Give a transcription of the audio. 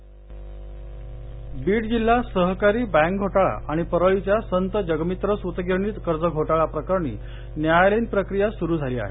बीड बीड जिल्हा सहकारी बस्कि घोटाळा आणि परळीच्या संत जगमित्र सुतगिरणी कर्ज घोटाळा प्रकरणी न्यायालयीन प्रक्रीया सुरु झाली आहे